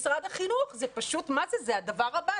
להסביר שמשרד החינוך הוא הדבר הבא.